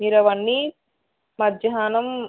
మీరవన్నీ మధ్యహానం